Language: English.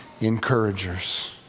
encouragers